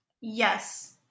Yes